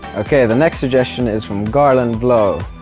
okay, the next suggestion is from garlanvlo,